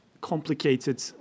complicated